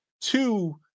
two